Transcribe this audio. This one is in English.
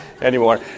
anymore